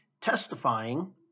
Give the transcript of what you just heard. testifying